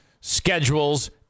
schedules